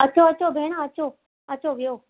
अचो अचो भेण अचो अचो विहो